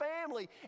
family